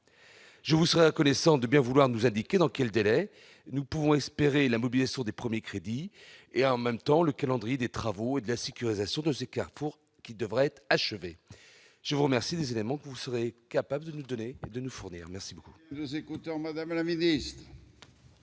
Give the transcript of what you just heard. Je vous serai reconnaissant de bien vouloir nous indiquer dans quel délai nous pouvons espérer la mobilisation des premiers crédits et nous communiquer le calendrier des travaux de sécurisation de ces carrefours, laquelle devrait déjà être achevée. Je vous remercie des éléments que vous serez en mesure de nous fournir. La parole